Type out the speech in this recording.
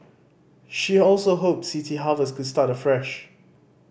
she also hoped City Harvest could start afresh